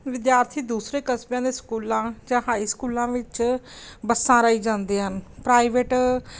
ਵਿਦਿਆਰਥੀ ਦੂਸਰੇ ਕਸਬਿਆਂ ਦੇ ਸਕੂਲਾਂ ਜਾਂ ਹਾਈ ਸਕੂਲਾਂ ਵਿੱਚ ਬੱਸਾਂ ਰਾਹੀਂ ਜਾਂਦੇ ਹਨ ਪ੍ਰਾਈਵੇਟ